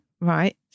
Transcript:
right